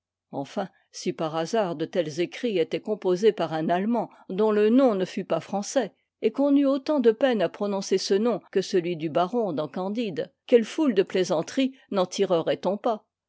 enfin si par hasard de tels écrits étaient composés par un allemand dont le nom ne fût pas français et qu'on eût autant de peine à prononcer ce nom que celui du baron dans candide quelle foule de plaisanteries n'en tirerait on pas